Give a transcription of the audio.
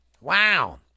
Wow